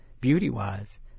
beauty-wise